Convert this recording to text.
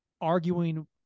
arguing